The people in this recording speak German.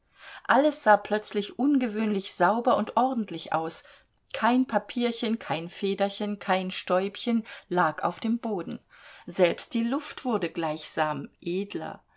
alles sah plötzlich ungewöhnlich sauber und ordentlich aus kein papierchen kein federchen kein stäubchen lag auf dem boden selbst die luft wurde gleichsam edler